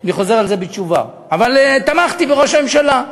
אני חוזר על זה בתשובה, אבל תמכתי בראש הממשלה,